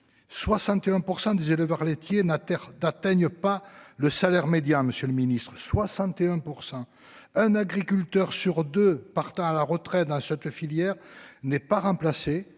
61% des éleveurs laitiers n'a terre d'atteignent pas le salaire médian. Monsieur le Ministre. 61%. Un agriculteur sur 2 partant à la retraite dans cette filière n'est pas remplacé